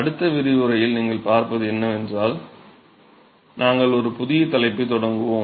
அடுத்த விரிவுரையில் நீங்கள் பார்ப்பது என்னவென்றால் நாங்கள் ஒரு புதிய தலைப்பைத் தொடங்குவோம்